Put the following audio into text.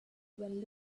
when